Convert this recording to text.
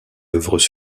œuvres